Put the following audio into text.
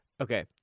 Okay